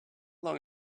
long